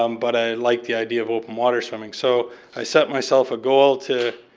um but i liked the idea of open water swimming. so i set myself a goal to